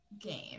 game